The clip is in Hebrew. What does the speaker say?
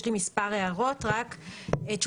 יש לי מספר הערות תשובת